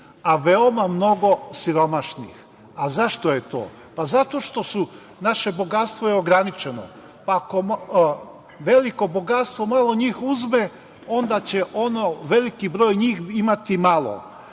a veoma mnogo siromašnih. Zašto je to? Zato što je naše bogatstvo ograničeno. Ako veliko bogatstvo malo njih uzme, onda će veliki broj njih imati malo.